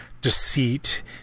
deceit